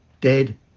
dead